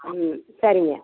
ம் சரிங்க